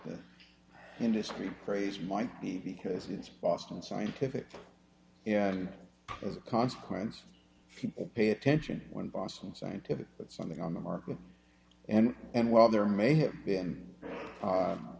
the industry craze might be because it's boston scientific and as a consequence people pay attention when boston scientific but something on the market and and while there may have been